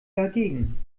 dagegen